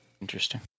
Interesting